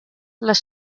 les